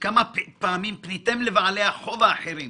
כמה פעמים פניתם לבעלי החוב האחרים